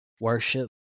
worship